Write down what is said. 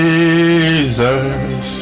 Jesus